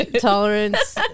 tolerance